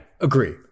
Agree